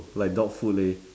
like dog food leh